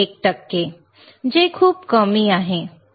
1 टक्के जे खूप कमी आहे